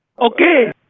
Okay